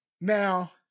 Now